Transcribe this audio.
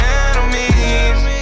enemies